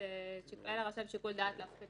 היה לרשם שיקול דעת להפחית